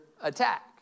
attack